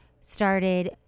started